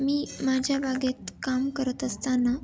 मी माझ्या बागेत काम करत असताना